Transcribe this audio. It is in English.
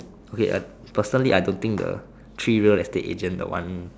okay personally I don't think the three wheel estate agent the one